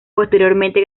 posteriormente